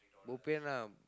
bo pian lah